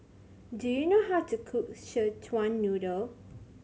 do you know how to cook Szechuan Noodle